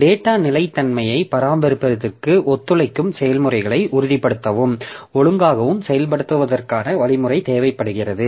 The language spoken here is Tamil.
டேட்டா நிலைத்தன்மையை பராமரிப்பதற்கு ஒத்துழைக்கும் செயல்முறைகளை உறுதிப்படுத்தவும் ஒழுங்காகவும் செயல்படுத்துவதற்கான வழிமுறை தேவைப்படுகிறது